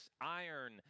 iron